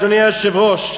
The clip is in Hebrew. אדוני היושב-ראש,